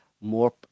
more